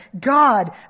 God